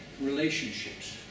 relationships